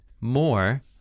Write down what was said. more